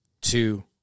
two